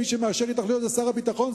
מי שמאשר התנחלויות זה שר הביטחון,